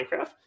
minecraft